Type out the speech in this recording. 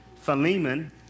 Philemon